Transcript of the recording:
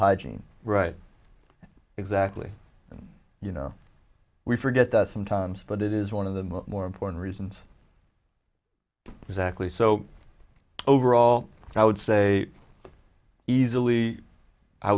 hygiene right exactly and you know we forget that sometimes but it is one of the more important reasons exactly so overall i would say easily i